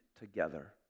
together